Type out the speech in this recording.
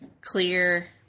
clear